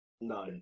No